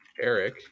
Eric